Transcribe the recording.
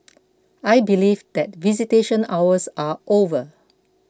I believe that visitation hours are over